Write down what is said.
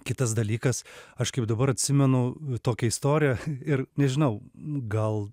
kitas dalykas aš kaip dabar atsimenu tokią istoriją ir nežinau gal